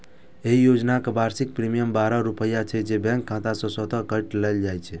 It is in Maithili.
एहि योजनाक वार्षिक प्रीमियम बारह रुपैया छै, जे बैंक खाता सं स्वतः काटि लेल जाइ छै